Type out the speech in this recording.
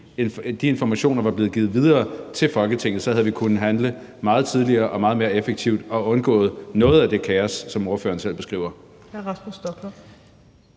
hvis de informationer var blevet givet videre til Folketinget, havde vi kunnet handle meget tidligere og meget mere effektivt og undgået noget af det kaos, som ordføreren selv beskriver?